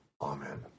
Amen